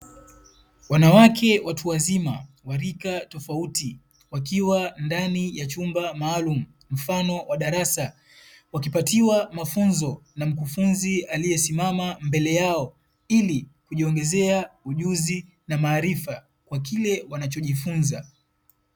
Wanawake watu wazima wa rika tofauti wakiwa ndani ya chumba maalumu mfano wa darasa, wakipatiwa mafunzo na mkufunzi aliyesimama mbele yao. Ili kujiongezea ujuzi na maarifa kwa kile wanachojifunza.